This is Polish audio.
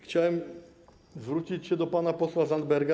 Chciałem zwrócić się do pana posła Zandberga.